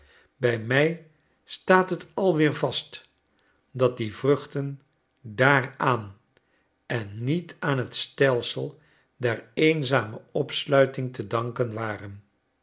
bij mij staat het alweer vast dat die vruchten daaraan en niet aan t stelsel der eenzame opsluiting te danken waren